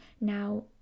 now